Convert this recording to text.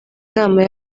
inama